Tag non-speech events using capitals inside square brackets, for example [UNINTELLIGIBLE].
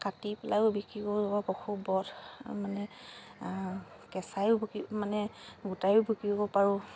কাটি পেলাইও বিক্ৰী কৰিব [UNINTELLIGIBLE] পশু বধ মানে কেঁচাইও বিকি মানে গোটাইও বিকিব পাৰোঁ